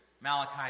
Malachi